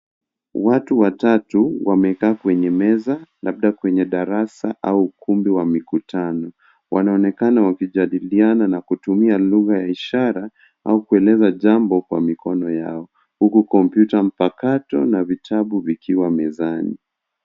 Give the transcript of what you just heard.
Watu watatu wamekaa kwenye meza labda kwenye darasa au ukumbi wa mikutano . Wanaonekana wakijadiliana na kutumia lugha ya ishara au kueleza jambo kwa mikono yao huku kompyuta mpakato na vitabu vikiwa mezani.